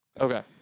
Okay